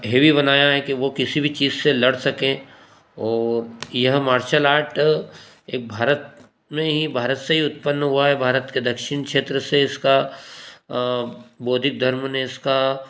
heavy बनाया है कि वो किसी भी चीज से लड़ सकें और यह मार्शल आर्ट एक भारत ने ही भारत से ही उत्पन्न हुआ है भारत के दक्षिण क्षेत्र से इसका बौद्धिक धर्म ने इसका